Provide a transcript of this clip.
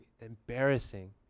embarrassing